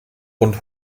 rund